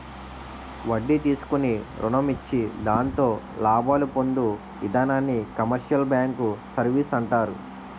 వడ్డీ తీసుకుని రుణం ఇచ్చి దాంతో లాభాలు పొందు ఇధానాన్ని కమర్షియల్ బ్యాంకు సర్వీసు అంటారు